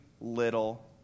little